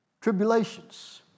tribulations